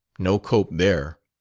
no cope there.